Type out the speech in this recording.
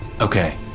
Okay